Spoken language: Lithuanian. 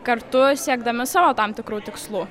kartu siekdami savo tam tikrų tikslų